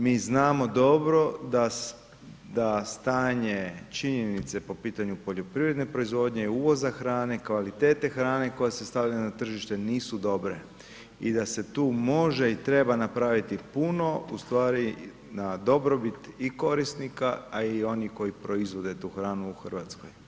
Mi znamo dobro da stanje činjenice po pitanju poljoprivredne proizvodnje, uvoza hrane, kvalitete hrane koja se stavlja na tržište, nisu dobre i da se tu može, i treba napraviti puno, u stvari na dobrobit i korisnika, a i onih koji proizvode tu hranu u Hrvatskoj.